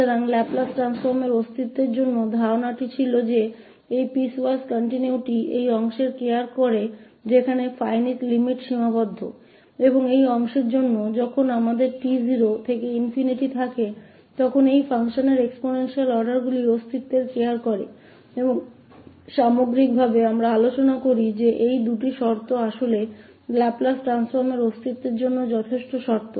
तो लाप्लास को बदलने के अस्तित्व के लिए विचार था कि इस piecewise continuous ता इस भाग के अस्तित्व का ख्याल रखता है जहा हमारे पास फिनिट सिमा है और और इस भाग मे जहा हमारे पास है t0 से ∞ तो इस exponential आर्डर exponential आर्डर के फंक्शनों के अस्तित्व का ख्याल रखता है और समग्र रूप से हम चर्चा करते हैं कि ये दो स्थितियां वास्तव में लाप्लास परिवर्तन के अस्तित्व के लिए पर्याप्त शर्तें हैं